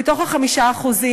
מתוך ה-5%,